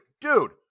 dude